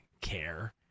care